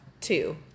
two